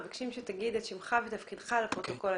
מבקשים שתאמר את שימך ותפקידך לפרוטוקול.